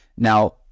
Now